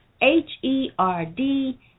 H-E-R-D